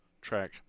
track